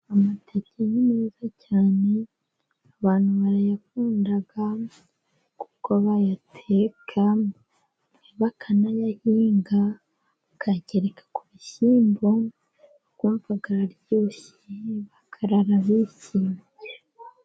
Amateke ni meza cyane， abantu barayakunda kuko bayateka， bakanayahinga， bakayagereka ku bishyimbo，ukumva araryoshye， bakarara bishimye.